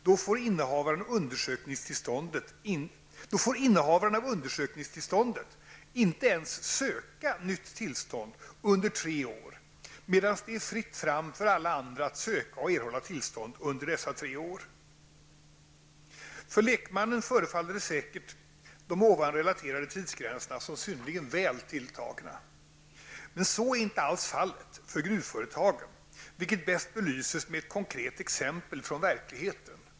Då får innehavaren av undersökningstillståndet inte ens söka nytt tillstånd under tre år, medan det är fritt fram för alla andra att söka och erhålla tillstånd under dessa tre år. För lekmannen förefaller säkert de ovan relaterade tidsgränserna som synnerligen väl tilltagna. Så är inte alls fallet för gruvföretagen, vilket bäst belyses med ett konkret exempel från verkligheten.